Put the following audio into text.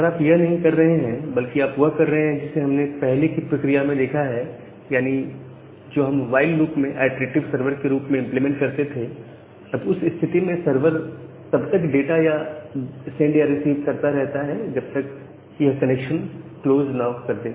अगर आप यह नहीं कर रहे हैं बल्कि आप वह कर रहे हैं जिसे हमने पहले की प्रक्रिया में किया है यानी जो हम व्हाईल लूप में इटरेटिव सर्वर के रूप में इंप्लीमेंट करते थे तब उस स्थिति में सर्वर तब तक डाटा सेंड या रिसीव करता रहता है जब तक यह कनेक्शन क्लोज ना कर दे